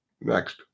Next